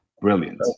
Brilliant